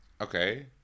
okay